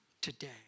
today